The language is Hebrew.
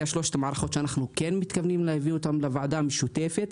שלוש המערכות שאנחנו מתכוונים להביא לוועדה המשותפת.